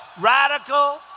radical